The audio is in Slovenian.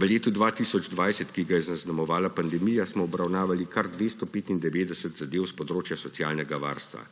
V letu 2020, ki ga je zaznamovala pandemija, smo obravnavali kar 295 zadev s področja socialnega varstva.